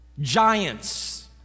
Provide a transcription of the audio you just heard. giants